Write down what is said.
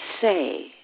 say